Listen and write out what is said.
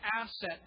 asset